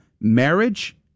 marriage